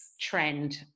trend